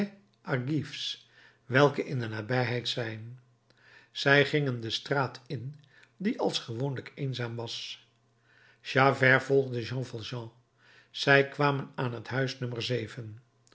archives welke in de nabijheid zijn zij gingen de straat in die als gewoonlijk eenzaam was javert volgde jean valjean zij kwamen aan het huis